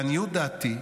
לעניות דעתי,